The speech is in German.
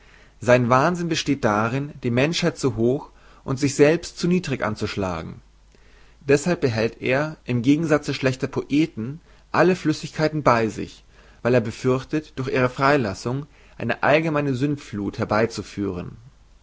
sein wahnsinn besteht darin die menschheit zu hoch und sich selbst zu niedrig anzuschlagen deshalb behält er im gegensaze schlechter poeten alle flüssigkeiten bei sich weil er befürchtet durch ihre freilassung eine allgemeine sündfluth herbeizuführen